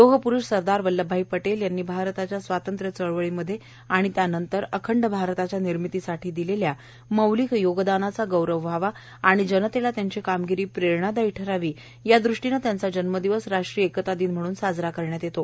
लोहपुरुष सरदार वल्लभभाई पटेल यांनी भारताच्या स्वातंत्र्य चळवळीमध्ये आणि तदनंतर अखंड भारताच्या निर्मितीसाठी दिलेल्या मौलिक योगदानाचा गौरव व्हावा आणि जनतेला त्यांची कामगिरी प्रेरणादायी ठरावी यादृष्टीनं त्यांचा जन्मदिवस राष्ट्रीय एकता दिवस म्हणून साजरा करण्यात येतो